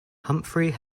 humphrey